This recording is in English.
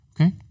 Okay